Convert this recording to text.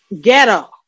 ghetto